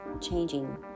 changing